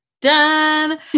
done